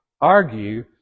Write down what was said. argue